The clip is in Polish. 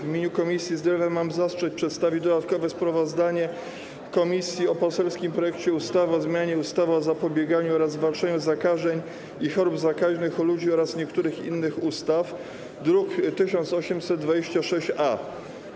W imieniu Komisji Zdrowia mam zaszczyt przedstawić dodatkowe sprawozdanie komisji o poselskim projekcie ustawy o zmianie ustawy o zapobieganiu oraz zwalczaniu zakażeń i chorób zakaźnych u ludzi oraz niektórych innych ustaw, druk nr 1826-A.